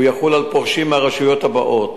הוא יחול על פורשים מהרשויות הבאות: